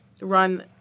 run